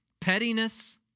pettiness